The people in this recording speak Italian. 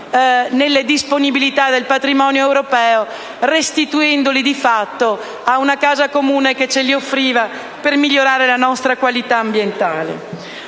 nelle disponibilità del patrimonio europeo, restituendole di fatto ad una casa comune che ce le offriva per migliorare la nostra qualità ambientale.